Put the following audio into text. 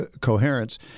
coherence